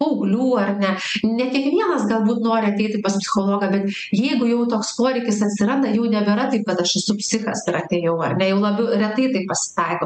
paauglių ar ne ne kiekvienas galbūt nori ateiti pas psichologą bet jeigu jau toks poreikis atsiranda jau nebėra taip kad aš esu psichas ir atėjau ar ne jau labiau retai tai pasitaiko